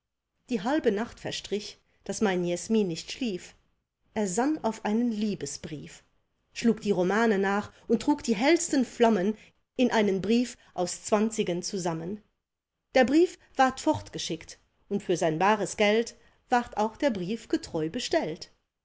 die halbe nacht verstrich daß mein jesmin nicht schlief er sann auf einen liebesbrief schlug die romane nach und trug die hellsten flammen in einen brief aus zwanzigen zusammen der brief ward fortgeschickt und für sein bares geld ward auch der brief getreu bestellt